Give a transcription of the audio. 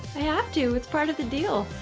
i have to, it's part of the deal